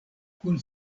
kun